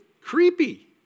creepy